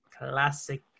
classic